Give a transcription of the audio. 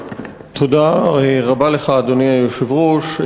תודה רבה לך, אדוני היושב-ראש.